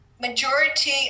majority